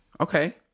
okay